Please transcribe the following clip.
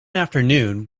afternoon